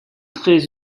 très